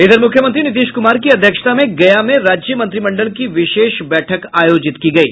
इधर मुख्यमंत्री नीतीश कुमार की अध्यक्षता में गया में राज्य मंत्रिमंडल की विशेष बैठक आयोजित की गयी